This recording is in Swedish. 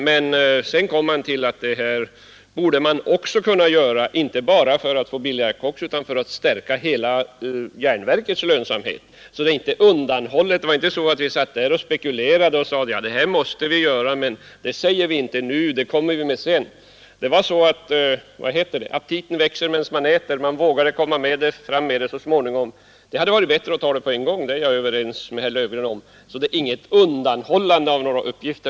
Men sedan kom man fram till att det skulle vara bra att ha ett eget koksverk inte bara för att få billigare koks utan för att stärka hela NJA:s lönsamhet. Det var alltså inte så att vi satt och spekulerade och sade: ”Detta måste vi göra, men det säger vi inte nu, det kommer vi med sedan.” Men aptiten växer medan man äter, och så småningom vågade man komma fram med förslaget om ett koksverk. Jag är helt överens med herr Löfgren om att det hade varit bättre att föreslå det med en gång, men det är som sagt inte fråga om något undanhållande av uppgifter.